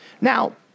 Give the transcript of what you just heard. Now